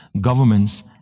governments